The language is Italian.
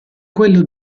quello